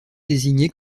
désignée